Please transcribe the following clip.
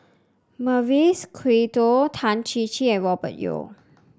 Mavis Khoo Tan Chin Chin and Robert Yeo